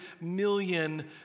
million